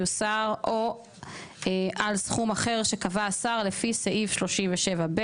יוסר בסוף הסעיף "או על סכום אחר שקבע השר לפי סעיף 37(ב);",